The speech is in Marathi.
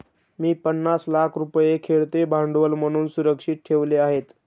मी पन्नास लाख रुपये खेळते भांडवल म्हणून सुरक्षित ठेवले आहेत